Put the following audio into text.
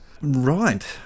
Right